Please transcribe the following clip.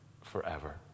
forever